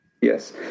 Yes